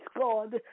God